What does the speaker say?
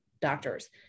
doctors